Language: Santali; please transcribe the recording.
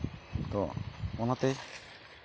ᱟᱫᱚ ᱚᱱᱟᱛᱮ